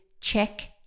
check